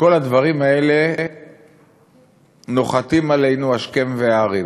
שכל הדברים האלה נוחתים עלינו השכם והערב,